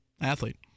athlete